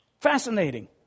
Fascinating